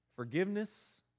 Forgiveness